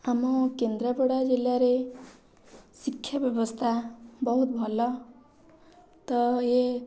ଆମ କେନ୍ଦ୍ରାପଡ଼ା ଜିଲ୍ଲାରେ ଶିକ୍ଷା ବ୍ୟବସ୍ଥା ବହୁତ ଭଲ ତ ଇଏ